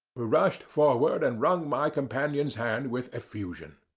who rushed forward and wrung my companion's hand with effusion.